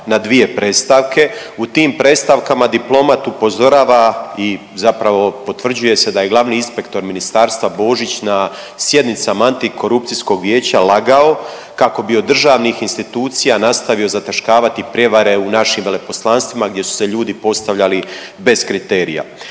na dvije predstavke. U tim predstavkama diplomat upozorava i zapravo potvrđuje se da je glavni inspektor ministarstva Božić na sjednicama Antikorupcijskog vijeća lagao kako bi od državnih institucija nastavio zataškavati prevare u našim veleposlanstvima gdje su se ljudi postavljali bez kriterija.